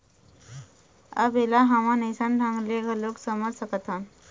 अब ऐला हमन अइसन ढंग ले घलोक समझ सकथन